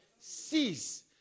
Cease